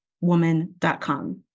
woman.com